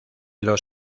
los